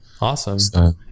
Awesome